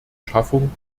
schaffung